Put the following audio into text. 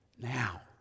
now